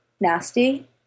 nasty